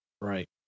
Right